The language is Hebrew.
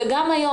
גם היום,